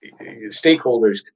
stakeholders